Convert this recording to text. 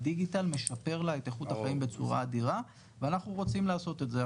הדיגיטל משפר לה את איכות החיים בצורה אדירה ואנחנו רוצים לעשות את זה.